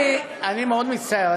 אני מאוד מצטער,